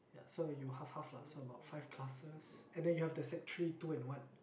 so you half half lah so about five classes and then you had the sec-three two and one